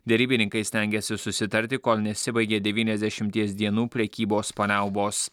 derybininkai stengiasi susitarti kol nesibaigė devyniasdešimties dienų prekybos paliaubos